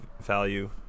Value